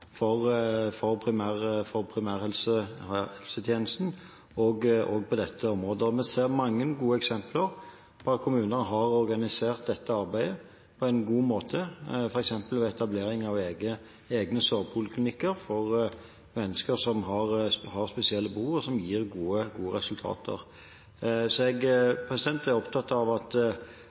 et helhetlig ansvar for primærhelsetjenesten også på dette området. Vi ser mange gode eksempler på at kommuner har organisert dette arbeidet på en god måte, f.eks. ved etablering av egne sårpoliklinikker for mennesker som har spesielle behov, noe som gir gode resultater. Jeg er opptatt av at